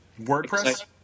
WordPress